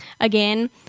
again